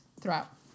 throughout